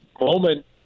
moment